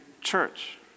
church